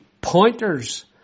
pointers